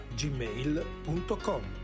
gmail.com